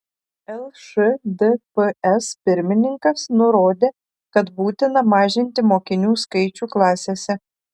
lšdps pirmininkas nurodė kad būtina mažinti mokinių skaičių klasėse